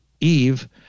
Eve